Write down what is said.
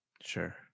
Sure